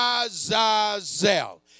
Azazel